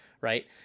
right